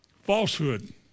Falsehood